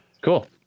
cool